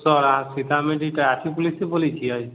sir अहाँ Sitamarhi traffic पुलिससे बोलय छिए